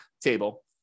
table